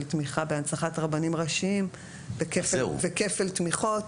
תמיכה בהנצחת רבנים ראשיים וכפל תמיכות,